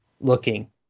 looking